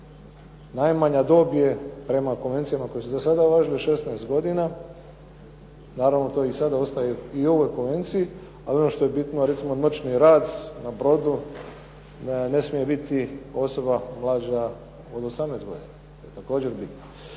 Najmanja dob je prema konvencijama koje su do sada važile 16 godina. Naravno to i sada ostaje u ovoj konvenciji. Ali ono što je bitno recimo noćni rad na brodu ne smije biti osoba mlađa od 18 godina. To je također bitno.